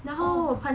oh